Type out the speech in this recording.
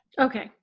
Okay